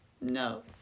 no